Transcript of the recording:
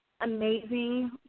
amazing